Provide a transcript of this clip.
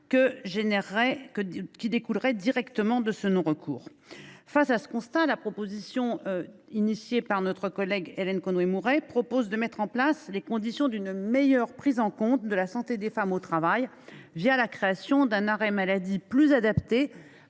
qui découleraient directement de ce non recours. Face à ce constat, la proposition de loi de notre collègue Hélène Conway Mouret vise à mettre en place les conditions d’une meilleure prise en compte de la santé des femmes au travail, la création d’un arrêt maladie plus adapté